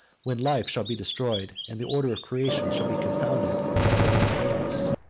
when life shall be destroyed, and the order of creation shall be confounded in the primitive chaos.